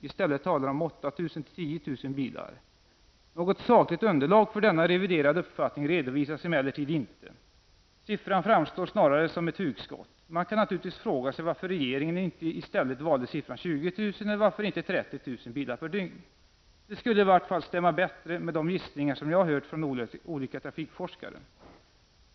I stället talar man om 8 000--10 000 bilar per dygn. Något sakligt underlag för denna reviderade uppfattning redovisas emellertid inte. Siffran framstår snarare som ett hugskott. Man kan naturligtvis fråga sig varför regeringen inte i stället valde siffran 20 000, eller varför inte 30 000 bilar per dygn. Det skulle i vart fall stämma bättre med de gissningar som jag har hört från olika trafikforskare.